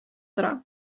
тора